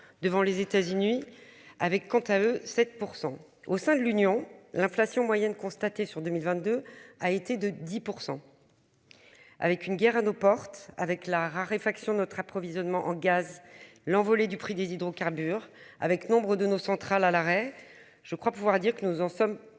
devant les États-Unis avec quant à eux 7 pour au sein de l'Union, l'inflation moyenne constatée sur 2022 a été de 10 pour %. Avec une guerre à nos portes avec la raréfaction notre approvisionnement en gaz l'envolée du prix des hydrocarbures avec nombre de nos centrales à l'arrêt. Je crois pouvoir dire que nous en sommes plutôt